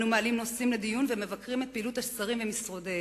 אנו מעלים נושאים לדיון ומבקרים את פעילות השרים במשרדיהם,